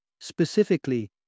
Specifically